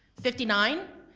fifty nine,